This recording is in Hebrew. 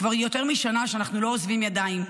כבר יותר משנה שאנחנו לא עוזבים ידיים.